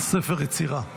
ספר יצירה.